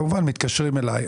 כמובן מתקשרים אליי,